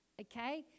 okay